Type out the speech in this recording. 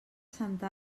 santa